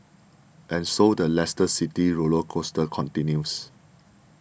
and so the Leicester City roller coaster continues